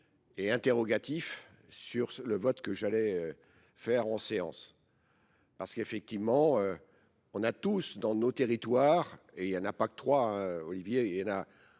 et interrogatif sur le vote que j'allais faire en séance. Parce qu'effectivement, on a tous dans nos territoires, et il n'y en a pas que trois, Olivier, on a